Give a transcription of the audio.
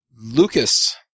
Lucas